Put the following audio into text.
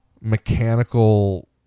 mechanical